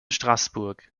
straßburg